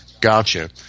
Gotcha